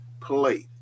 plate